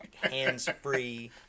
hands-free